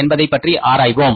என்பதை பற்றி ஆராய்வோம்